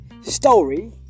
story